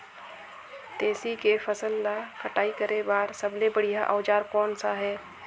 तेसी के फसल ला कटाई करे बार सबले बढ़िया औजार कोन सा हे?